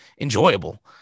enjoyable